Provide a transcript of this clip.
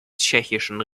tschechischen